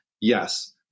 Yes